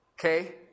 okay